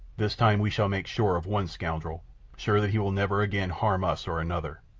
this time we shall make sure of one scoundrel sure that he will never again harm us or another,